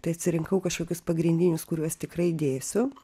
tai atsirinkau kažkokius pagrindinius kuriuos tikrai dėsiu